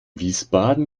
wiesbaden